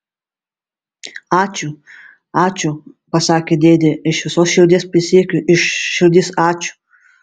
ačiū ačiū pasakė dėdė iš visos širdies prisiekiu iš širdies ačiū